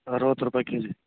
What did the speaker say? ಅರವತ್ತು ರೂಪಾಯಿ KG G